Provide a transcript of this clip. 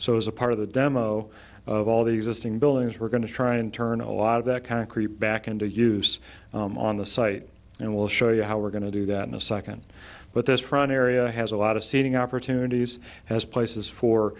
so as a part of the demo of all the existing buildings we're going to try and turn a lot of that kind of creep back into use on the site and we'll show you how we're going to do that in a second but this front area has a lot of seating opportunities as places for